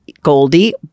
Goldie